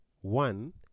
One